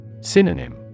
Synonym